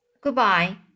Goodbye